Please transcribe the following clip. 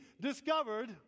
discovered